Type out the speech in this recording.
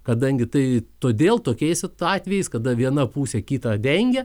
kadangi tai todėl tokiais atvejais kada viena pusė kitą dengia